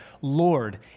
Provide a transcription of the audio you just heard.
Lord